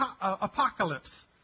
apocalypse